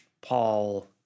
Paul